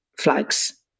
flags